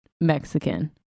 Mexican